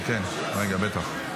כן, כן, בטח.